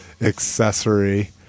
accessory